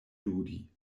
ludi